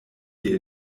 die